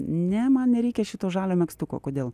ne man nereikia šito žalio megztuko kodėl